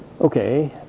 Okay